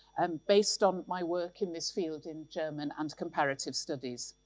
um based on my work in this field in german and comparative studies.